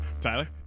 Tyler